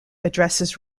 addresses